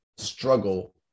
struggle